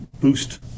boost